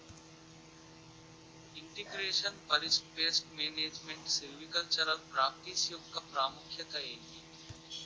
integration forest pest management silvicultural practice యెక్క ప్రాముఖ్యత ఏంటి